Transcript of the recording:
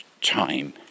time